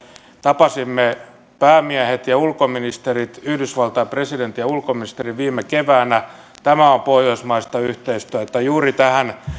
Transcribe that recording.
tapasimme päämiehet ja ulkoministerit yhdysvaltain presidentin ja ulkoministerin viime keväänä tämä on pohjoismaista yhteistyötä juuri tähän